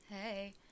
Hey